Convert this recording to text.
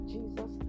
Jesus